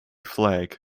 flag